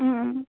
অঁ